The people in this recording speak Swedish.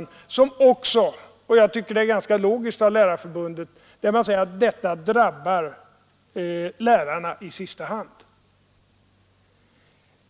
Man säger också — och jag tycker att det är ganska logiskt av Lärarförbundet — att detta drabbar lärarna i sista hand.